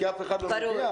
כי אף אחד לא מגיע,